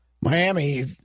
Miami